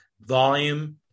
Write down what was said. volume